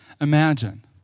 imagine